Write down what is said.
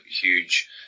huge